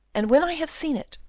and when i have seen it,